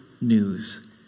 news